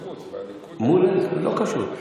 אופוזיציה, לא קשור.